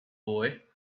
boy